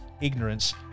ignorance